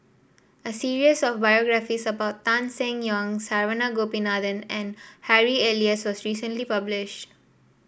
a series of biographies about Tan Seng Yong Saravanan Gopinathan and Harry Elias was recently published